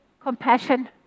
compassion